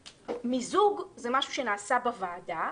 מיזוג זה משהו שנעשה בוועדה.